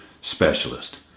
specialist